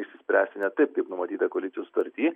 išsispręsti ne taip kaip numatyta koalicijos sutarty